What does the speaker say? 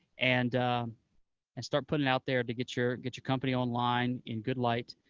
and and start putting out there to get your get your company online in good light,